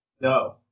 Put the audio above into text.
No